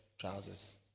trousers